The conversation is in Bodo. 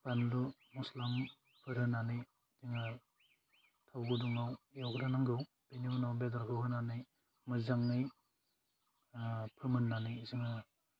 बानलु मस्ला मह फोर होनानै ओह थाव गुदुङाव एवग्रोनांगौ बेनि उनाव बेदरखौ होनानै मोजाङै आह फोमोन्नानै जोङो